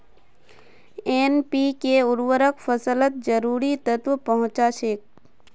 NPK उर्वरक फसलत जरूरी तत्व पहुंचा छेक